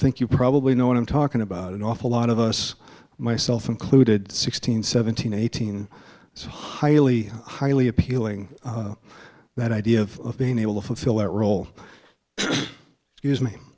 think you probably know what i'm talking about an awful lot of us myself included sixteen seventeen eighteen so highly highly appealing that idea of being able to fulfill that role